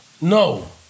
no